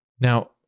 Now